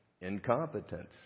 incompetence